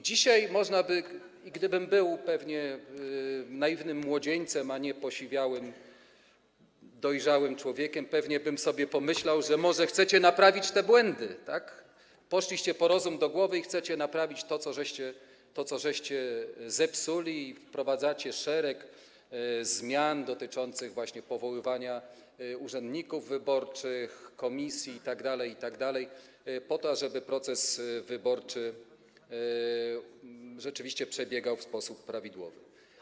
Dzisiaj, gdybym był naiwnym młodzieńcem, a nie posiwiałym, dojrzałym człowiekiem, pewnie bym sobie pomyślał, że może chcecie naprawić te błędy, poszliście po rozum do głowy, chcecie naprawić to, co zepsuliście, i wprowadzacie szereg zmian dotyczących właśnie powoływania urzędników wyborczych, komisji itd., itd., po to ażeby proces wyborczy rzeczywiście przebiegał w sposób prawidłowy.